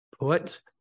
Put